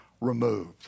removed